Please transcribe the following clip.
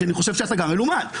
כי אני חושב שאתה גם מלומד.